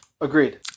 Agreed